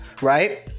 right